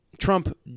Trump